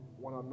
one